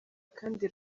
kandi